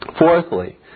Fourthly